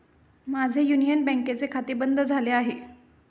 माझे युनियन बँकेचे खाते बंद झाले आहे